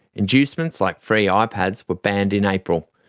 inducements like free ah ipads were banned in april.